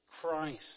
Christ